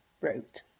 wrote